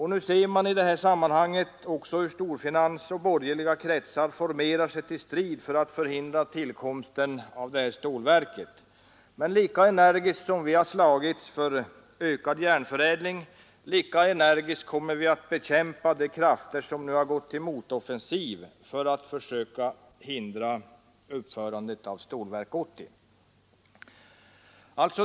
I detta sammanhang ser man hur storfinans och borgerliga kretsar formerar sig till strid för att förhindra tillkomsten av stålverket. Men lika energiskt som vi har slagits för ökad järnförädling lika energiskt kommer vi att bekämpa de krafter som nu gått till motoffensiv för att försöka hindra uppförandet av Stålverk 80.